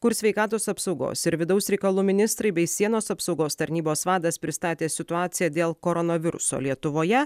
kur sveikatos apsaugos ir vidaus reikalų ministrai bei sienos apsaugos tarnybos vadas pristatė situaciją dėl koronaviruso lietuvoje